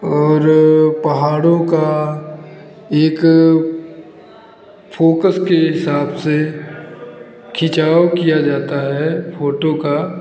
और पहाड़ों का एक फोकस के हिसाब से खिंचाव किया जाता है फोटो का